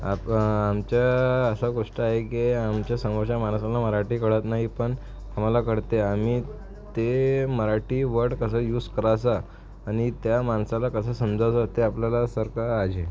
आप आमच्या असं गोष्ट आहे की आमच्या समोरच्या माणसांना मराठी कळत नाही पण आम्हाला कळल ते आम्ही ते मराठी वड कसा यूज करायचा आणि त्या माणसाला कसं समजवाचं ते आपल्याला सरका आझे